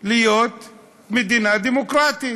להיות מדינה דמוקרטית.